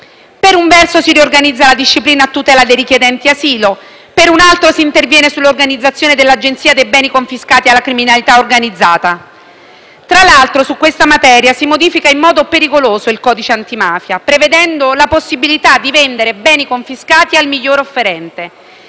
Per un verso, si riorganizza la disciplina a tutela dei richiedenti asilo, per un altro si interviene sull'organizzazione dell'Agenzia dei beni confiscati alla criminalità organizzata. Tra l'altro, su questa materia, si modifica in modo pericoloso il codice antimafia, prevedendo la possibilità di vendere beni confiscati al miglior offerente.